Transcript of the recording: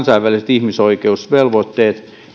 ihmisoikeusvelvoitteet